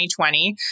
2020